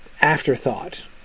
afterthought